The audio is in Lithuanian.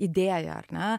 idėja ar ne